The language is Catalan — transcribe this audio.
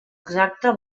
exacta